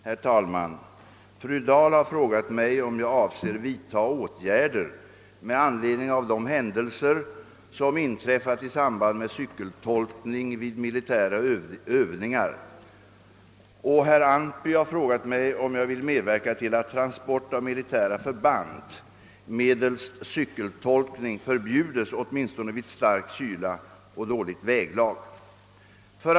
Herr talman! Fru Dahl har frågat mig, om jag avser ' vidta åtgärder med anledning av de händelser, som inträffat:i samband med cykeltolkning vid militära övningar, och herr Antby har frågat mig, om jag vill medverka till att transport av: militära förband medelst cykeltolkning förbjudes åtminstone vid stark kyla och dåligt väglag. För.